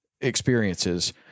experiences